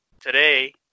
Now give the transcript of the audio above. Today